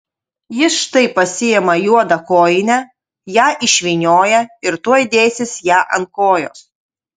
jis štai pasiima juodą kojinę ją išvynioja ir tuoj dėsis ją ant kojos